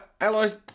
Allies